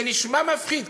זה נשמע מפחיד.